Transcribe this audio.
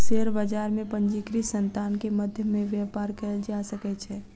share बजार में पंजीकृत संतान के मध्य में व्यापार कयल जा सकै छै